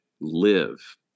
live